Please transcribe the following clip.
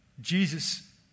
Jesus